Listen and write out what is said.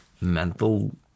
mental